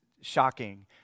shocking